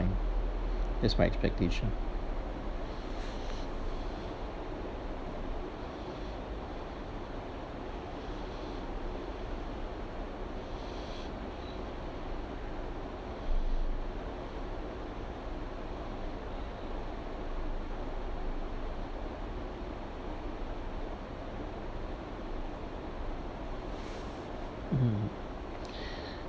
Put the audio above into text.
that's my expectation mm